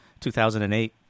2008